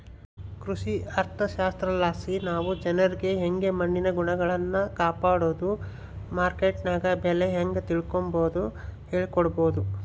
ಕೃಷಿ ಅರ್ಥಶಾಸ್ತ್ರಲಾಸಿ ನಾವು ಜನ್ರಿಗೆ ಯಂಗೆ ಮಣ್ಣಿನ ಗುಣಗಳ್ನ ಕಾಪಡೋದು, ಮಾರ್ಕೆಟ್ನಗ ಬೆಲೆ ಹೇಂಗ ತಿಳಿಕಂಬದು ಹೇಳಿಕೊಡಬೊದು